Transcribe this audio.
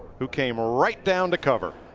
who came ah right down to cover.